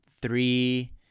three